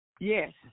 Yes